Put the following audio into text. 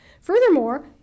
Furthermore